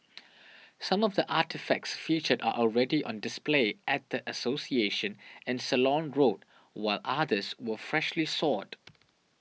some of the artefacts featured are already on display at a association in Ceylon Road while others were freshly sought